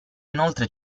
inoltre